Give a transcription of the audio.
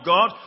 God